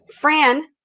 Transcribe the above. Fran